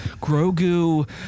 Grogu